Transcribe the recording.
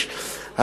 56),